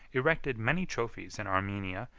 erected many trophies in armenia,